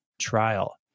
trial